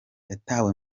yatawe